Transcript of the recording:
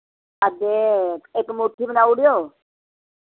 हां ते इक मुर्की बनाई ओड़ेओ